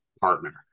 partner